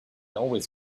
always